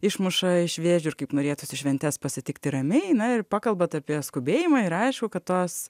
išmuša iš vėžių ir kaip norėtųsi šventes pasitikti ramiai na ir pakalbat apie skubėjimą ir aišku kad tos